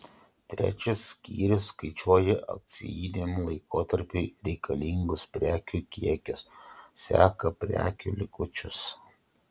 trečias skyrius skaičiuoja akcijiniam laikotarpiui reikalingus prekių kiekius seka prekių likučius